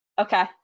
Okay